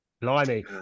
Blimey